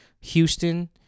Houston